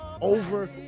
over